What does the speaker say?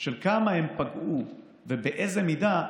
של כמה הם פגעו ובאיזו מידה,